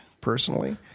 personally